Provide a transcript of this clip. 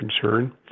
concern